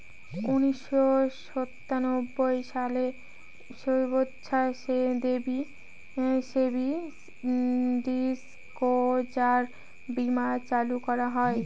উনিশশো সাতানব্বই সালে স্বেচ্ছাসেবী ডিসক্লোজার বীমা চালু করা হয়